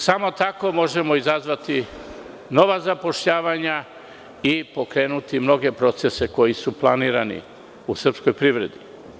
Samo tako možemo izazvati nova zapošljavanja i pokrenuti mnoge procese koje su planirani u srpskoj privredi.